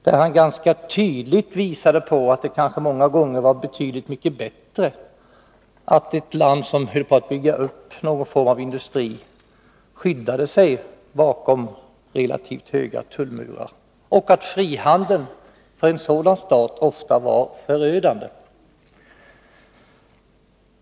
Han visade där ganska tydligt att det många gånger var betydligt bättre att ett land som höll på att bygga upp någon form av industri skyddade sig bakom relativt höga tullmurar och att frihandeln för en sådan stat ofta var förödande.